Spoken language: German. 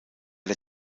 der